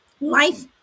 life